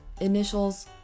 initials